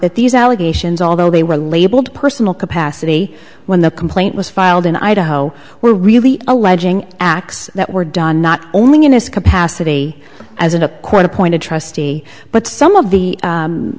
that these allegations although they were labeled personal capacity when the complaint was filed in idaho were really alleging acts that were done not only in his capacity as a court appointed trustee but some of the